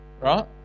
right